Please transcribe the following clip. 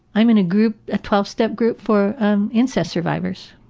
i'm in a group, a twelve step group for incest survivors,